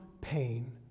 pain